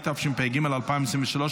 התשפ"ג 2023,